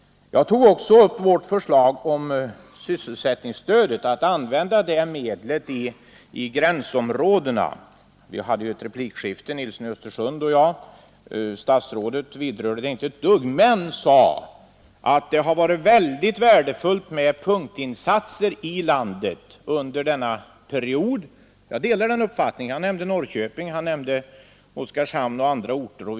Jag tog också upp vårt förslag om att använda sysselsättningsstödet i gränsområdena. Herr Nilsson i Östersund och jag hade ett replikskifte om det. Statsrådet vidrörde det inte alls, men han sade att det har varit väldigt värdefullt med punktinsatser i landet under den gångna perioden — han nämnde Norrköping, Oskarshamn och andra områden — och jag delar hans uppfattning.